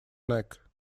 neck